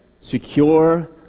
secure